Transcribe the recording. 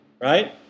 right